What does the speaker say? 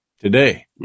Today